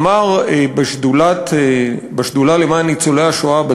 אמר בשדולה למען ניצולי השואה,